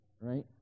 right